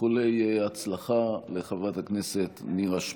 איחולי הצלחה לחברת הכנסת נירה שפק.